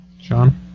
Sean